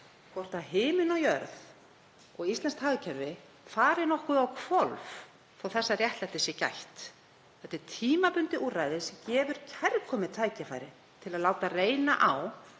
hvort himinn og jörð og íslenskt hagkerfi fari nokkuð á hvolf þótt þessa réttlætis sé gætt. Þetta er tímabundið úrræði sem gefur kærkomið tækifæri til að láta reyna á